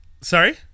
Sorry